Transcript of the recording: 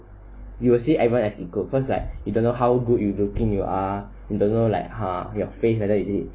you will see everyone as it good cause like you don't know how good you looking you are you doesn't know like ah your face whether it is